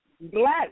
Black